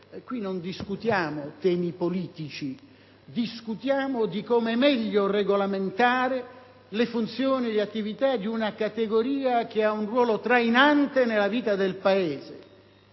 non ci occupiamo di temi politici, ma discutiamo di come meglio regolamentare le funzioni e le attività di una categoria che ha un ruolo trainante nella vita del Paese